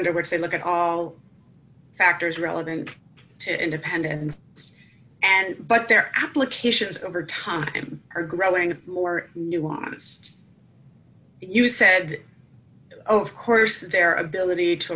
under which they look at all factors relevant to independence and but their applications over time are growing more nuanced you said oh of course their ability to